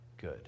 good